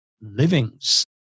livings